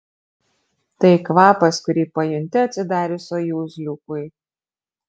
tai kvapas kurį pajunti atsidarius sojuz liukui